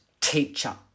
teacher